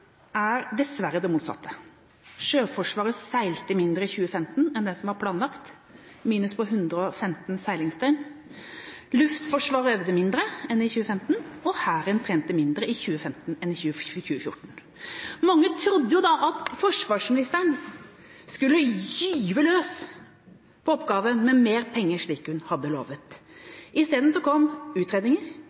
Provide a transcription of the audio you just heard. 2015 enn det som var planlagt. Det var en minus på 115 seilingsdøgn. Luftforsvaret øvde mindre i 2015, og Hæren trente mindre i 2015 enn i 2014. Mange trodde at forsvarsministeren skulle gyve løs på oppgaven med mer penger, slik hun hadde lovet. I stedet kom utredninger,